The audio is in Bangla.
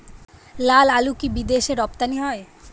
লালআলু কি বিদেশে রপ্তানি হয়?